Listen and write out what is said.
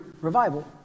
revival